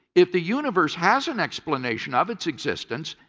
if the universe has an explanation of its existence,